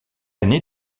année